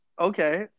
okay